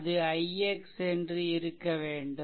அது ix என்று இருக்க வேண்டும்